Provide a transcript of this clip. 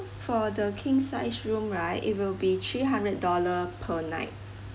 for the king size room right it will be three hundred dollar per night